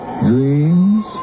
dreams